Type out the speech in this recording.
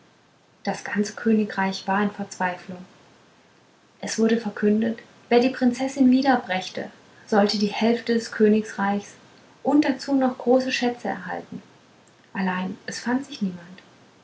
das ganze königreich war in verzweiflung es wurde verkündet wer die prinzessin wiederbrächte sollte die hälfte des königreichs und dazu noch große schätze erhalten allein es fand sich niemand